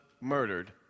murdered